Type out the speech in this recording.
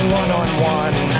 one-on-one